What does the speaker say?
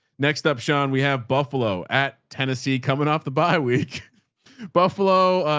next up sean, we have buffalo at tennessee coming off the bi-week buffalo.